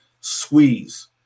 squeeze